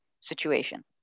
situation